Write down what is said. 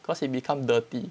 'cause he become dirty